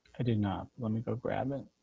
i did not let me go grab it.